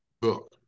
book